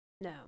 No